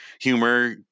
humor